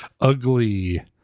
ugly